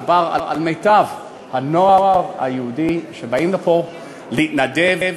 מדובר על מיטב הנוער היהודי שבאים לפה להתנדב,